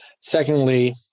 Secondly